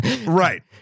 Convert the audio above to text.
Right